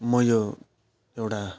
म यो एउटा